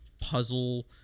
puzzle